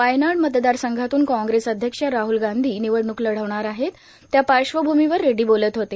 वायनाड मतदार संघातून काँग्रेस अध्यक्ष राहल गांधी निवडणूक लढवणार आहेत त्या पार्श्वभूमीवर रेड्डी बोलत होते